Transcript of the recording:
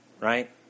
Right